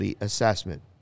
assessment